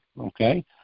okay